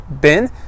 bin